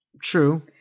True